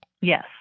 yes